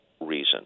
reason